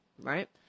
right